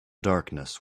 darkness